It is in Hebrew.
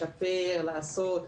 לשפר ולעשות,